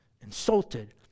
insulted